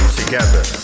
together